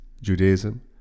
Judaism